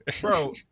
Bro